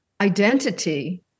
identity